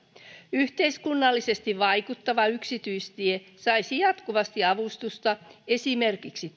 yhteiskunnallisesti vaikuttava yksityistie saisi jatkuvasti avustusta esimerkiksi